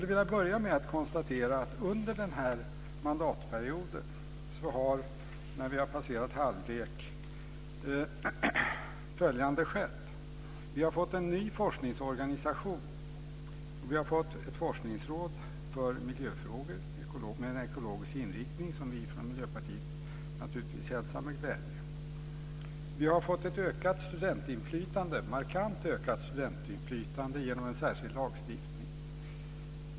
Jag vill börja med att konstatera att följande har skett under mandatperioden, när vi nu har passerat halvlek. Vi har fått en ny forskningsorganisation. Vi har fått ett forskningsråd för miljöfrågor, med en ekologisk inriktning, vilket vi från Miljöpartiet naturligtvis hälsar med glädje. Vi har fått ett markant ökat studentinflytande genom en särskild lagstiftning.